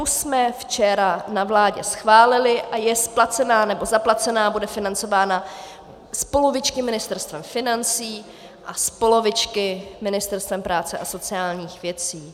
Tu jsme včera na vládě schválili a je splacená, nebo zaplacená, bude financována z polovičky Ministerstvem financí a z polovičky Ministerstvem práce a sociálních věcí.